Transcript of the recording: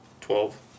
twelve